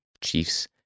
Chiefs